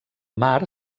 mar